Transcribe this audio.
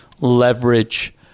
leverage